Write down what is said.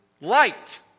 light